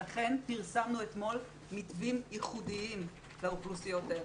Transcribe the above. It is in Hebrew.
לכן פרסמנו אתמול מתווים ייחודיים לאוכלוסיות האלה.